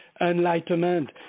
enlightenment